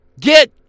Get